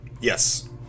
yes